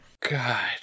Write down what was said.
God